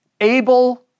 able